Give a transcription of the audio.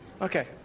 Okay